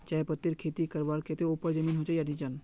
चाय पत्तीर खेती करवार केते ऊपर जमीन होचे या निचान?